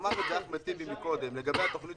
שאמר את זה אחמד טיבי מקודם לגבי התוכנית